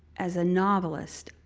as a novelist,